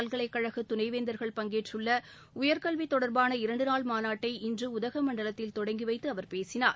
பல்கலைக்கழக துணைவேந்தர்கள் பங்கேற்றுள்ள உயர்கல்வி தொடர்பான இரண்டு நாள் மாநாட்டை இன்று உதகமண்டலத்தில் தொடங்கி வைத்து அவர் பேசினார்